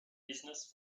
business